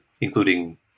including